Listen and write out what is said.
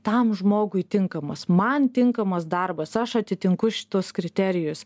tam žmogui tinkamas man tinkamas darbas aš atitinku šituos kriterijus